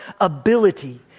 ability